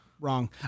Wrong